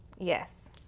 yes